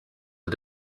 are